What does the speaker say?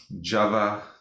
Java